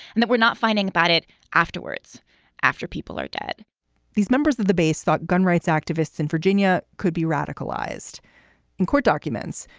and we're not finding about it afterwards after people are dead these members of the base thought gun rights activists in virginia could be radicalized in court documents.